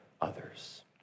others